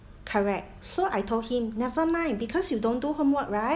correct so I told him nevermind because you don't do homework right